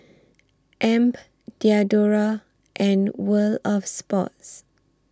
Amp Diadora and World of Sports